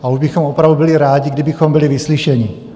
A už bychom opravdu byli rádi, kdybychom byli vyslyšeni.